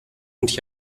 und